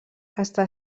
està